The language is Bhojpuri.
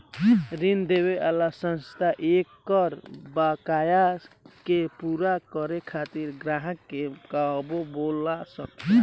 ऋण देवे वाला संस्था एकर बकाया के पूरा करे खातिर ग्राहक के कबो बोला सकेला